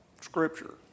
Scripture